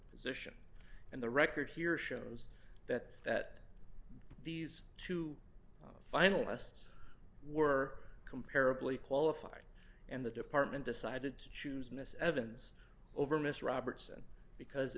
position and the record here shows that that these two finalists were comparable he qualified in the department decided to choose miss evans over miss robertson because